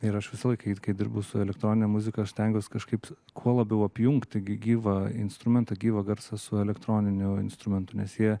ir aš visąlaik kai darbu su elektroninę muziką stengiuosi kažkaip kuo labiau apjungti gyvą instrumentą gyvą garsą su elektroninių instrumentų nes jie